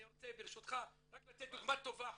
אני רוצה ברשותך רק לתת דוגמא טובה אחת.